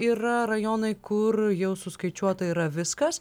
yra rajonai kur jau suskaičiuota yra viskas